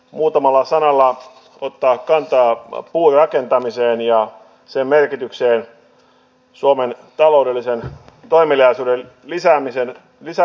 muutamalla sanalla ottaa kantaa puurakentamiseen ja sen merkitykseen suomen taloudellisen toimeliaisuuden lisäämiseen lisää